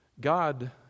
God